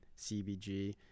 CBG